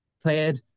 played